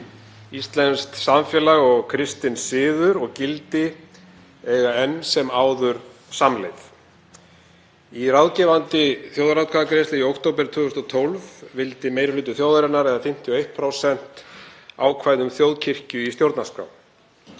Íslenskt samfélag og kristinn siður og gildi eiga enn sem áður samleið. Í ráðgefandi þjóðaratkvæðagreiðslu í október 2012 vildi meiri hluti þjóðarinnar, eða 51%, ákvæði um þjóðkirkju í stjórnarskrá.